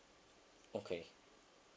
okay